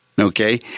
Okay